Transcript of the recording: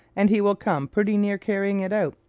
and he will come pretty near carrying it out,